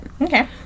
okay